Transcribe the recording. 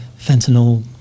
fentanyl